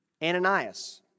Ananias